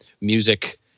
music